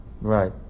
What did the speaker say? Right